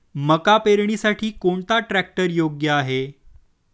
मका पेरणीसाठी कोणता ट्रॅक्टर योग्य आहे?